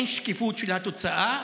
אין שקיפות של התוצאה,